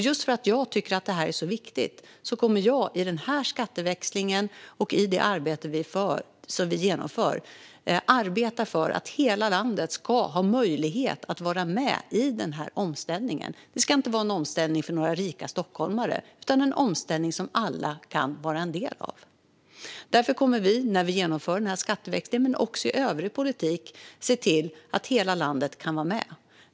Just för att jag tycker att detta är så viktigt kommer jag i denna skatteväxling och i det arbete som vi genomför att arbeta för att hela landet ska ha möjlighet att vara med i den här omställningen. Det ska inte vara en omställning för några rika stockholmare, utan det ska vara en omställning som alla kan vara en del av. Därför kommer vi, när vi genomför denna skatteväxling men också i övrig politik, att se till att hela landet kan vara med.